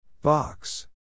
Box